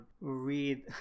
read